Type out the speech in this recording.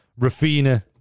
Rafina